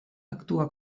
actua